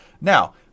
Now